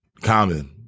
common